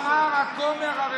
כה אמר הכומר הרפורמי.